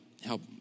help